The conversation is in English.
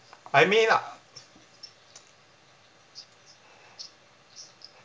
I mean I~